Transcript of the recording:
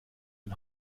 den